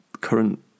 current